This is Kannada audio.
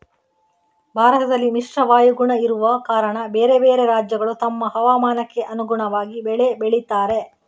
ಭಾರತದಲ್ಲಿ ಮಿಶ್ರ ವಾಯುಗುಣ ಇರುವ ಕಾರಣ ಬೇರೆ ಬೇರೆ ರಾಜ್ಯಗಳು ತಮ್ಮ ಹವಾಮಾನಕ್ಕೆ ಅನುಗುಣವಾಗಿ ಬೆಳೆ ಬೆಳೀತಾರೆ